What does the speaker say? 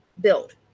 build